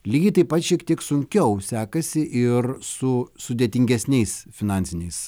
lygiai taip pat šiek tiek sunkiau sekasi ir su sudėtingesniais finansiniais